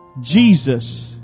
Jesus